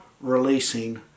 releasing